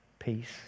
peace